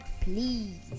Please